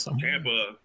Tampa